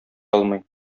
алмый